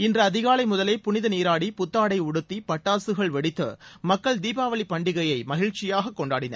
இன்று அதிகாலை முதலே புனித நீராடி புத்தாடை உடுத்தி பட்டாசுகள் வெடித்து மக்கள் தீபாவளி பண்டிகையை மகிழ்ச்சியாக கொண்டாடினர்